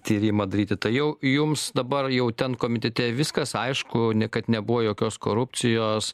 tyrimą daryti tai jau jums dabar jau ten komitete viskas aišku niekad nebuvo jokios korupcijos